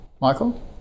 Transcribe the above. Michael